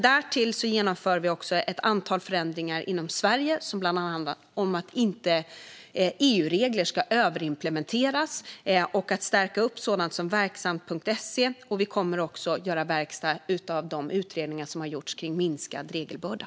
Därtill genomför vi ett antal förändringar inom Sverige som bland annat handlar om att EU-regler inte ska överimplementeras och om att stärka sådant som Verksamt.se. Vi kommer också att göra verkstad av de utredningar som har gjorts om minskad regelbörda.